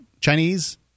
Chinese